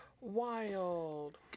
Wild